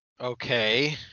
Okay